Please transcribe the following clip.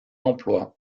emploi